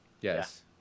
yes